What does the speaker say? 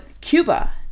Cuba